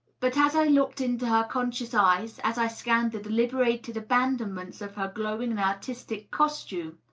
but as i looked into her conscious eyes, as i scanned the deliberated abandon ments of her glowing and artistic costume,